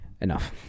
Enough